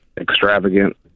extravagant